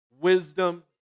wisdom